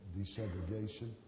desegregation